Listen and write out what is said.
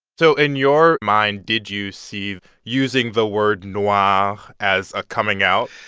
so in your mind, did you see using the word noir ah as a coming out?